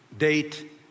Date